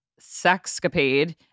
sexcapade